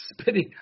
spitting